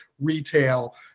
retail